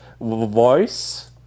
voice